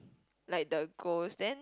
like the goals then